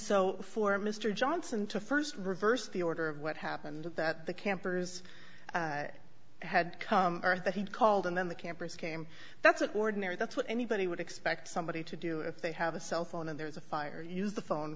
so for mr johnson to st reverse the order of what happened that the campers had come or that he called and then the campers came that's an ordinary that's what anybody would expect somebody to do if they have a cell phone and there's a fire use the phone